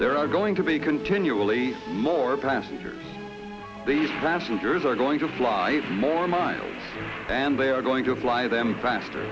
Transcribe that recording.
there are going to be continually more passengers the last injures are going to fly more miles and they are going to fly them faster